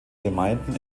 gemeinden